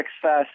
success